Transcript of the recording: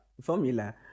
formula